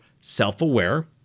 self-aware